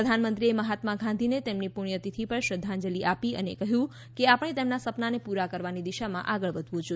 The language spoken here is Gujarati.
પ્રધાનમંત્રીએ મહાત્મા ગાંધીને તેમની પુણ્યતિથી પર શ્રધ્ધાજંલી આપી અને કહ્યું કે આપણે તેમના સપનાને પૂરા કરવાની દિશામાં આગળ વધવું જોઇએ